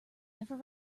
never